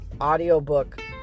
audiobook